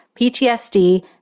PTSD